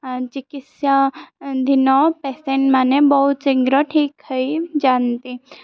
ଚିକିତ୍ସାଧିନ ପେସେଣ୍ଟମାନେ ବହୁତ ଶୀଘ୍ର ଠିକ୍ ହେଇଯାଆନ୍ତି